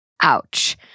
Ouch